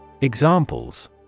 Examples